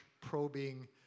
probing